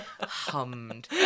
hummed